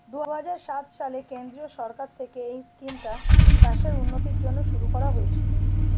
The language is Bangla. দুহাজার সাত সালে কেন্দ্রীয় সরকার থেকে এই স্কিমটা চাষের উন্নতির জন্য শুরু করা হয়েছিল